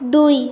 দুই